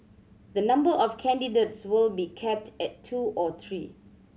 the number of candidates will be capped at two or three